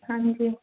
ਹਾਂਜੀ